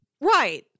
Right